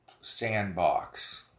sandbox